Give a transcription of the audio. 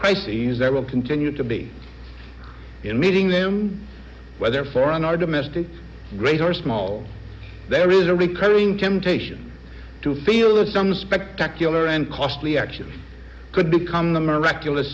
crises that will continue to be in meeting them whether foreign or domestic great or small there is a recurring temptation to feel that some spectacular and costly action could become the miraculous